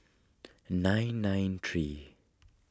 nine nine three